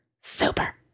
Super